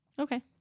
Okay